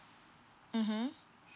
mmhmm